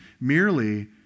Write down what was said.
merely